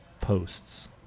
posts